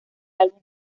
álbum